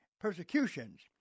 persecutions